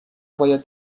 باید